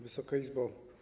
Wysoka Izbo!